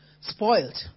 spoiled